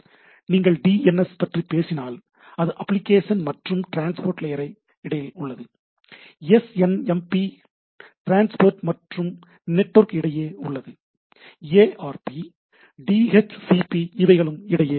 நீங்கள் D N S பற்றி பேசினால் அது அப்ளிகேஷன் மற்றும் டிரான்ஸ்போர்ட் லேயர் இடையே உள்ளது S N M P transport மற்றும் நெட்வொர்க் இடையே உள்ளது A R P D H C P இவைகளும் இடையே உள்ளன